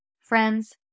friends